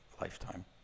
lifetime